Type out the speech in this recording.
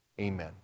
Amen